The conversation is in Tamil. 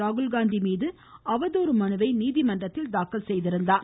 ராகுல்காந்தி மீது அவதூறு மனுவை நீதிமன்றத்தில் தாக்கல் செய்திருந்தார்